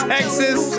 Texas